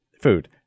Food